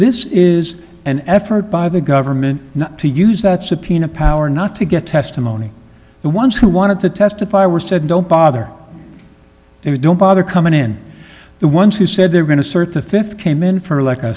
this is an effort by the government not to use that subpoena power not to get testimony the ones who wanted to testify were said don't bother they don't bother coming in the ones who said they're going to search the fifth came in for like a